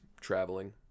traveling